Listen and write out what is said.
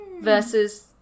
versus